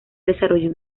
desarrollo